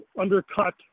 undercut